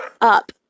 up